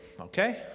okay